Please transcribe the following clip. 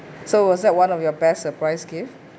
so was that one of your best surprise gift